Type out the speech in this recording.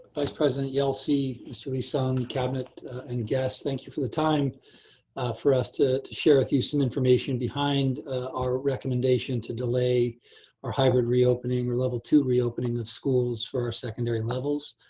vice president yelsey, mr. lee-sung, cabinet and guests thank you for the time for us to share with you some information behind our recommendation to delay our hybrid reopening, level two reopening of schools for our secondary levels.